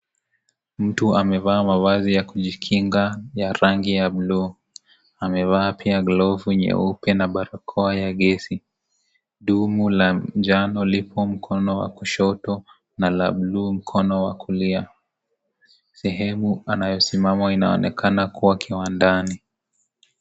Mtu amevaa mavazi ya kujikinga ya rangi ya bluu. Amevaa pia glavu nyeupe na barakoa ya gesi. Dumu la njano lipo mkono wa kushoto na la bluu mkono wa kulia. Sehemu anayosimama inaonekana kuwa kiwandani.